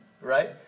right